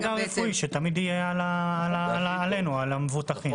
יוצא שהמידע הרפואי תמיד יהיה עלינו, על המבוטחים.